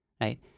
Right